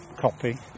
copy